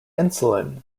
insulin